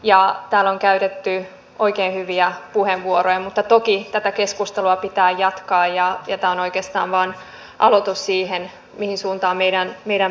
täällä on käytetty oikein hyviä puheenvuoroja mutta toki tätä keskustelua pitää jatkaa ja tämä on oikeastaan vain aloitus siihen mihin suuntaan meidän pitää mennä